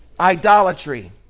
idolatry